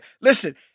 Listen